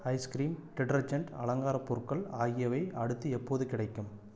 ice cream detergent அலங்கார பொருட்கள் ஆகியவை அடுத்து எப்போது கிடைக்கும்